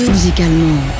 Musicalement